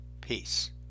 Peace